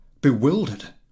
bewildered